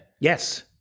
Yes